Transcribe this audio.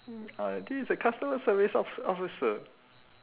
mm uh this a customer service officer officer